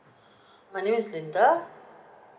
my name is linda